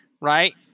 Right